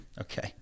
Okay